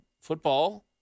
football